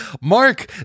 Mark